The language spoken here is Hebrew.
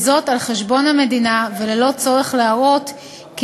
וזאת על חשבון המדינה וללא צורך להראות כי